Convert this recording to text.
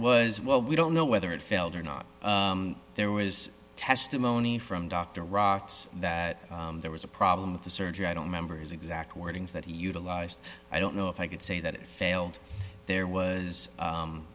was well we don't know whether it failed or not there was testimony from dr ross that there was a problem with the surgery i don't members exact wordings that he utilized i don't know if i could say that it failed there was